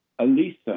Alisa